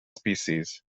species